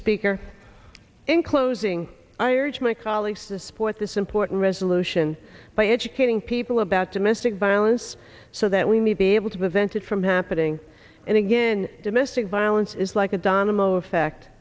speaker in closing i urge my colleagues to support this important resolution by educating people about domestic violence so that we may be able to prevent it from happening and again domestic violence is like a dynamo effect